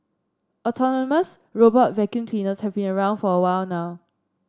autonomous robotic vacuum cleaners have been around for a while now